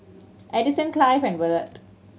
Addison Clive and Evertt